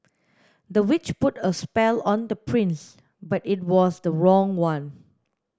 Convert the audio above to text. the witch put a spell on the prince but it was the wrong one